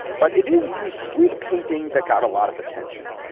but it is the street painting that got a lot of attention.